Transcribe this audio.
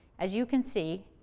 as you can see,